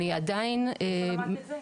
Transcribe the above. אני עדיין איפה למדת את זה?